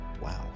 Wow